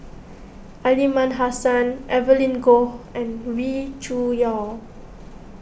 Aliman Hassan Evelyn Goh and Wee Cho Yaw